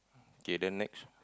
okay then next